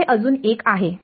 तिथे अजून एक आहे